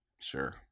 Sure